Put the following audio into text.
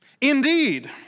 Indeed